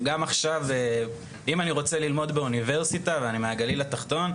גם עכשיו אם אני רוצה ללמוד באוניברסיטה ואני מהגליל התחתון,